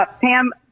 Pam